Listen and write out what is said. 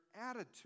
attitude